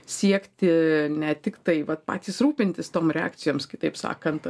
siekti ne tiktai vat patys rūpintis tom reakcijoms kitaip sakant